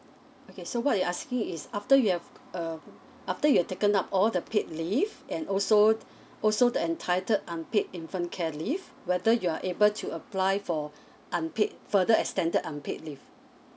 okay so what you asking is after you have uh after you've taken up all the paid leave and also also the entitled unpaid infant care leave whether you are able to apply for unpaid further extended unpaid leave